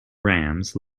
rams